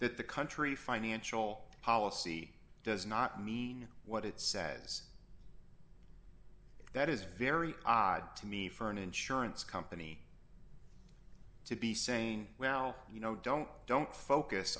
that the country financial policy does not mean what it says that is very odd to me for an insurance company to be saying well you know don't don't focus